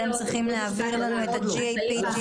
אתם צריכים להעביר לנו את ה-GAP,